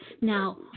Now